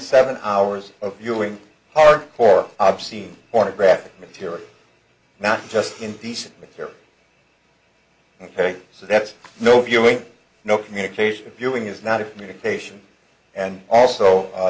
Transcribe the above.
seven hours of viewing hardcore obscene pornographic material not just indecent material ok so that's no viewing no communication viewing is not a communication and also